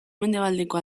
mendebaldeko